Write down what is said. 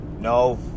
no